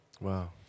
wow